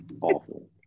Awful